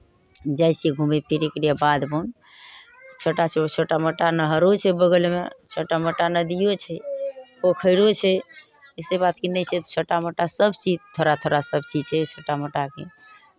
जाइ छियै घूमय फिरयके लिए बाध वन छोटा छो छोटा मोटा नहरो छै बगलमे छोटा मोटा नदियो छै पोखरिओ छै इसभ बात कि नहि छै छोटा मोटा सभचीज थोड़ा थोड़ा सभचीज छै छोटा मोटाके